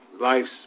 life's